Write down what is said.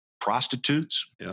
prostitutes